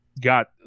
got